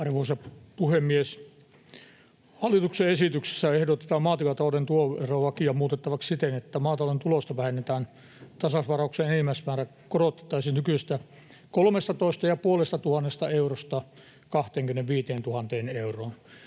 Arvoisa puhemies! Hallituksen esityksessä ehdotetaan maatilatalouden tuloverolakia muutettavaksi siten, että maatalouden tulosta vähennettävän tasausvarauksen enimmäismäärä korotettaisiin nykyisestä 13 500 eurosta 25 000 euroon,